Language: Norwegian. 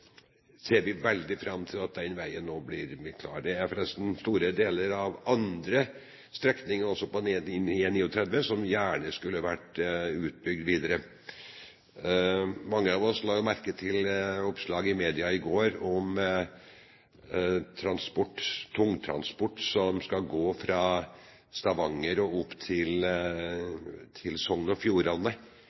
ser vi veldig fram til at den veien nå blir klar. Det er forresten store deler av andre strekninger også på E39 som vi gjerne hadde sett utbygd videre. Mange av oss la merke til oppslag i media i går om at tungtransport som skal gå fra Stavanger og opp til Sogn og Fjordane,